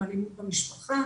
גם אלימות במשפחה.